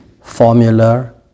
formula